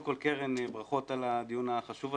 קודם כן, קרן, ברכות על הדיון החשוב הזה.